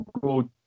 go